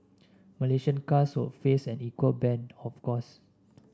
Malaysian cars would face an equal ban of course